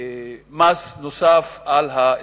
מס נוסף על האזרחים.